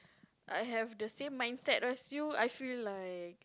I have the same mindset as you I feel like